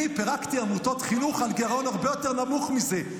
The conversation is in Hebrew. אני פירקתי עמותות חינוך על גירעון הרבה יותר נמוך מזה,